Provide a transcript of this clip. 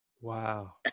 Wow